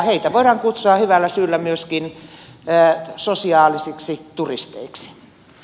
heitä voidaan kutsua hyvällä syyllä myöskin sosiaalisiksi turisteiksi